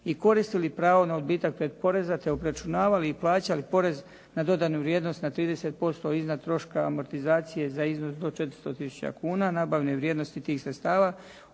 i koristili pravo na odbitak pretporeza, te obračunavali i plaćali porez na dodanu vrijednost na 30% iznad troška amortizacije za iznos do 400 tisuća kuna nabavne vrijednosti tih sredstava,